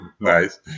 Nice